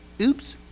Oops